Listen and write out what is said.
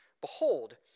behold